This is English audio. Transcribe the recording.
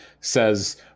says